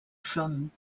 front